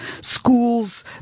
Schools